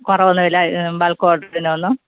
കുറവൊന്നുമില്ല bulk ഓർഡറിന് ഒന്നും